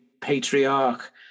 patriarch